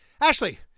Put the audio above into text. Ashley